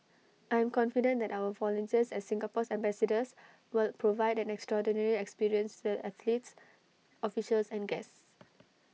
I am confident that our volunteers as Singapore's ambassadors will provide an extraordinary experience to the athletes officials and guests